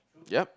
yup